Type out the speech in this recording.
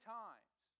times